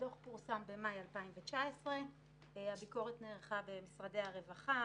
הדוח פורסם במאי 2019. הביקורת נערכה במשרדי הרווחה,